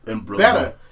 better